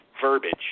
verbiage